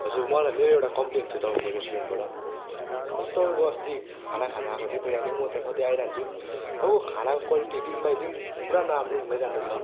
हजुर मलाई मेरो एउटा कम्प्लेन थियो तपाईँको रेस्टुरेन्टबाट हजुर तपाईँको अस्ति खाना खान आएको त्यहाँनिर म त सधैँ आइरहन्छु तपाईँको खानाको क्वालिटी दिन बाई दिन पुरा नराम्रो हुँदै जाँदैछ